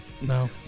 No